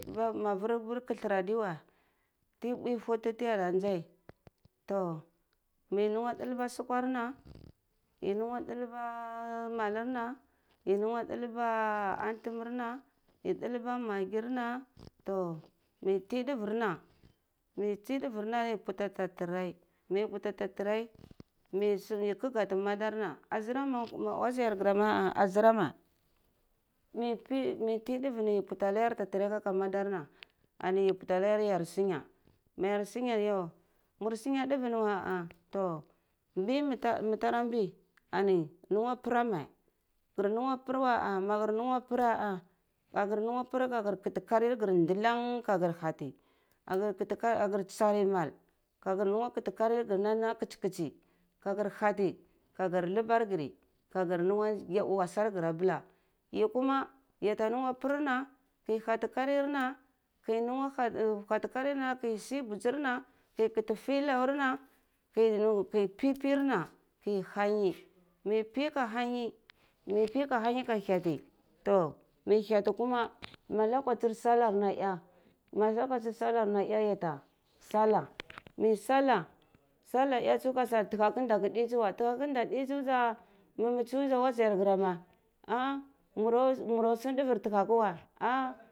Ma ma vur kathar adewa ti yi mbwi hutu ti yada nzai toh mai lungwa dulbwa sukwar na mai. luhwa dulbwa mai na yi lungwa dulbwa antumirna yi dulbwa maggi na toh mai ti duvir na mai ti duvir na yi buti ata terei mai buti ata terei mai yi kagati madarna ma wazayer grameh a azireh meh meh pi yu puta anayar ata terei aka madarna ani yi putanayar yar sunya ma yar sunya ani yuh mur sunya duvir ni weh ah ani toh mbi mi tara bi ani lungwa pura me gar lungwa pur weh a ni magar pur ma gar lungwa pur kagar kati kari gar ka gar hata ka gar ka ti kagar tsari mal ka kar lungwa kati kari nan kadi kachi ka kar bati ka gar labar gari ka gar lugba wasar gar abula yi kuma yata lungwu pur na ki hati karin na. Keh leha hati kisi buchir na ke kiti pillowar na keh nu ke pipir na ke nanyi meh pi ka hanyi yi bwi ka toh mei heti kuma ma lokachi sallar na eh ma lokachir sallahar nar eh ya ta sallah mei sallah sallah e tsu kasa tahaku nda ka di nda tsuwe tahakund di tsu za mimeh tsu za madagarameh ah ah muru sume duvir tuhaku weh ah.